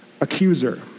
accuser